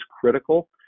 critical